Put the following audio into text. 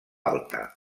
alta